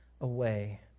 away